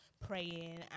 praying